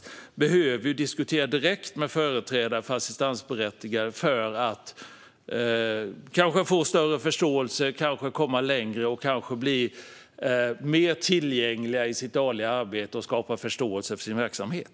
Försäkringskassan behöver ju diskutera direkt med företrädare för assistansberättigade för att kanske få större förståelse, komma längre, bli mer tillgängliga i sitt dagliga arbete och skapa förståelse för sin verksamhet.